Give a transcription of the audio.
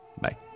Bye